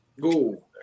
go